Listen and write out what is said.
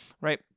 right